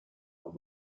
and